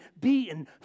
beaten